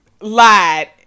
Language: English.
Lied